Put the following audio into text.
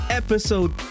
episode